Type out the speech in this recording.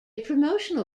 promotional